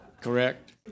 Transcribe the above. Correct